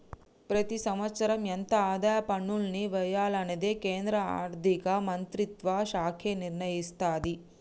ప్రతి సంవత్సరం ఎంత ఆదాయ పన్నుల్ని వెయ్యాలనేది కేంద్ర ఆర్ధిక మంత్రిత్వ శాఖే నిర్ణయిత్తది